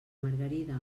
margarida